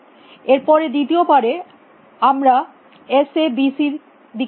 এর পরে দ্বিতীয় বারে আমরা এস এ বি সি র দিকে দেখি